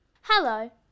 Hello